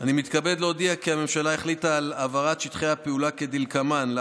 אני מתכבד להודיע כי הממשלה החליטה על העברת שטחי הפעולה כדלקמן: א.